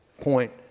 point